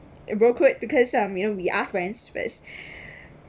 a bro code because um you know we are friends first